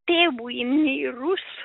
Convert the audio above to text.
tėvui mirus